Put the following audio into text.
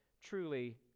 truly